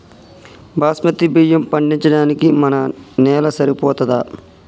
బాస్మతి బియ్యం పండించడానికి మన నేల సరిపోతదా?